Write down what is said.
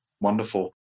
Wonderful